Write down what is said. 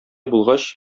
булгач